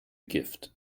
gift